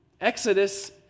Exodus